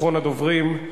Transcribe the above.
אחרון הדוברים,